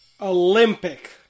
Olympic